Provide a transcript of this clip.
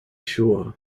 sure